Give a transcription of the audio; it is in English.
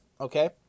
okay